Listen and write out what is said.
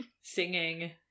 singing